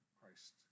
Christ